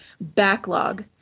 backlog